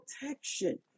protection